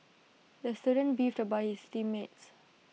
the student beefed about his team mates